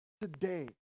today